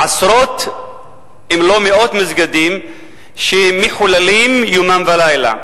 עשרות אם לא מאות מסגדים שמחוללים יומם ולילה.